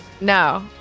No